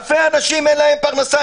אלפי אנשים אין להם פרנסה,